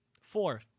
Four